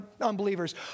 unbelievers